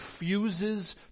refuses